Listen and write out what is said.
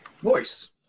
voice